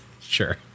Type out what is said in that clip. sure